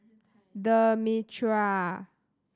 The Mitraa